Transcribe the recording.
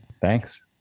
Thanks